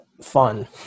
fun